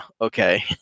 okay